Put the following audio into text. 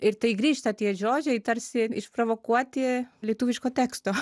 ir tai grįžta tie žodžiai tarsi išprovokuoti lietuviško teksto